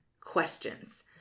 questions